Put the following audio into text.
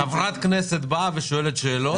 חברת הכנסת שואלת שאלות.